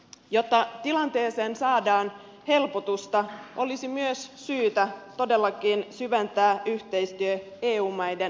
jotta tilanteeseen saadaan helpotusta olisi myös syytä todellakin syventää yhteistyötä eu maiden kesken